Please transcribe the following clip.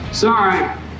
Sorry